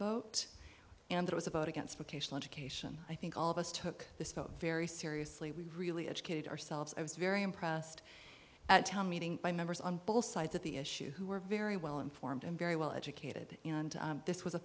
vote and it was about against location education i think all of us took the scope very seriously we really educated ourselves i was very impressed at town meeting by members on both sides of the issue who were very well informed and very well educated and this was a